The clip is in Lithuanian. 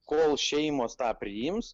kol šeimos tą priims